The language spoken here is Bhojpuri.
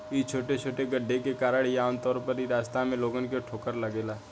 इ छोटे छोटे गड्ढे के कारण ही आमतौर पर इ रास्ता में लोगन के ठोकर लागेला